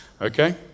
okay